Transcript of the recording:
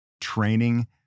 training